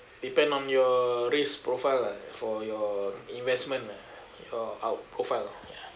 depend on your risk profile lah for your investment lah your out profile yeah